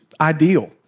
ideal